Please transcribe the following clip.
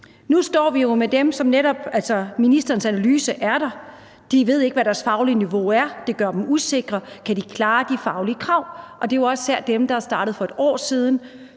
Nu står vi jo med dem, og ministerens analyse er der. De ved ikke, hvad deres faglige niveau er, og det gør dem usikre: Kan de klare de faglige krav? Det er jo især dem, der er startet for 1 år siden